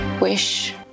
wish